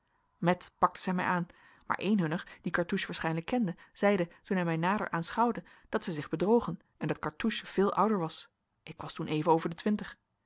met pakten zij mij aan maar een hunner die cartouche waarschijnlijk kende zeide toen hij mij nader aanschouwde dat zij zich bedrogen en dat cartouche veel ouder was ik was toen even over de twintig